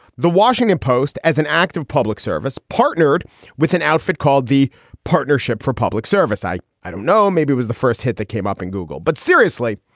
the washington post, as an act of public service, partnered with an outfit called the partnership for public service. i i don't know, maybe it was the first hit that came up in google. but seriously,